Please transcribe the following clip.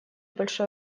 большое